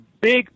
big